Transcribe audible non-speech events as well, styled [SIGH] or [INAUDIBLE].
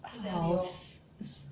好 [NOISE]